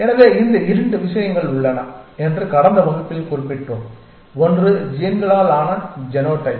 எனவே இந்த 2 விஷயங்கள் உள்ளன என்று கடந்த வகுப்பில் குறிப்பிட்டோம் ஒன்று ஜீன்களால் ஆன ஜெனோடைப்